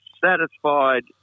satisfied